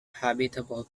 habitable